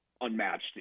unmatched